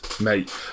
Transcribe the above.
Mate